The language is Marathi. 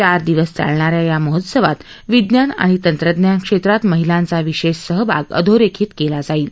चार दिवस चालणाऱ्या या महोत्सवात विज्ञान आणि तंत्रज्ञान क्षेत्रात महिलांचा विशेष सहभाग अधोरेखित केला जाईल